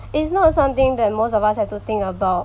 it's not something that most of us have to think about